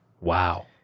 Wow